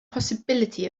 possibility